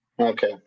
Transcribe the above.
Okay